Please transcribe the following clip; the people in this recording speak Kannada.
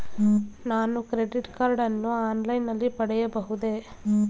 ನಾನು ಕ್ರೆಡಿಟ್ ಕಾರ್ಡ್ ಅನ್ನು ಆನ್ಲೈನ್ ನಲ್ಲಿ ಪಡೆಯಬಹುದೇ?